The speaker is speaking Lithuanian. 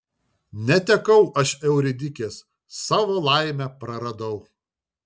netekau aš euridikės savo laimę praradau